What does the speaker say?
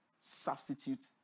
substitute